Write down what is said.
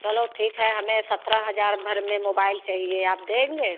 चलो ठीक है हमें सत्रह हजार भर में मोबाइल चाहिए आप देंगे